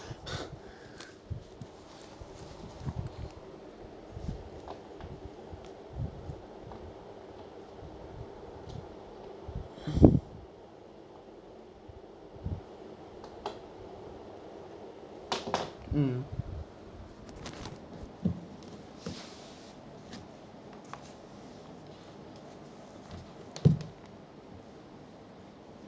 mm